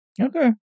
Okay